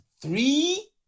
three